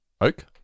Oak